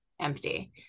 empty